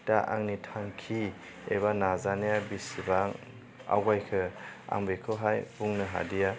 दा आंनि थांखि एबा नाजानाया बेसेबां आवगायखो आं बेखौहाय बुंनो हादिया